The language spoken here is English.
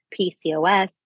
PCOS